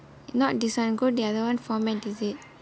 not this [one] go the other one format is it